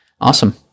awesome